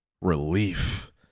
relief